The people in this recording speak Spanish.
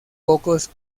pocos